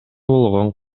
болгон